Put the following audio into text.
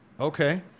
okay